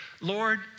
Lord